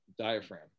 Diaphragm